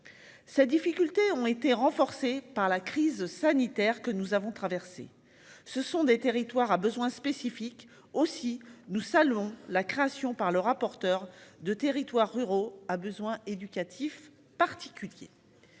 Ces difficultés ont été renforcés par la crise sanitaire que nous avons traversé ce sont des territoires à besoins spécifiques aussi. Nous saluons la création par le rapporteur de territoires ruraux à besoins éducatifs particuliers.